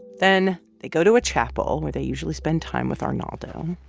then, they go to a chapel where they usually spend time with arnaldo